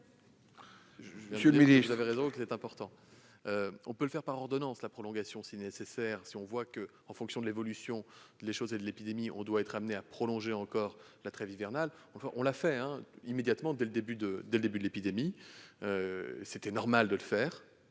Monsieur le ministre,